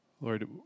Lord